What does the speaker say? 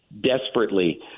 desperately